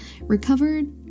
recovered